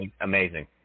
amazing